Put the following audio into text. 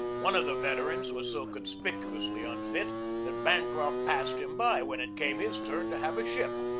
one of the veterans was so conspicuously unfit that ban croft passed him by when it came his turn to have a ship.